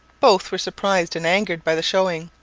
both were surprised and angered by the showing.